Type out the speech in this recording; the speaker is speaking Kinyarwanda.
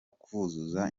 kuzuza